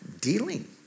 dealing